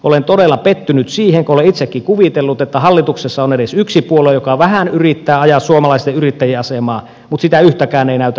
olen todella pettynyt siihen kun olen itsekin kuvitellut että hallituksessa on edes yksi puolue joka vähän yrittää ajaa suomalaisten yrittäjien asemaa mutta sitä yhtäkään ei näytä nyt löytyvän